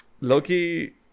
Loki